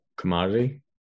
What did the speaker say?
Commodity